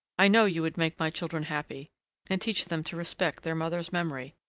i know you would make my children happy and teach them to respect their mother's memory,